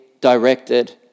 directed